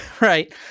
Right